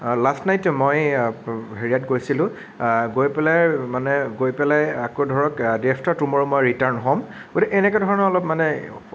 last night মই হেৰিয়াত গৈছিলোঁ গৈ পেলাই মানে গৈ পেলাই আকৌ ধৰক ডে আফটাৰ টুমৰ' মই ৰিটাৰ্ণ হ'ম গতিকে এনেকে ধৰণৰ অলপ মানে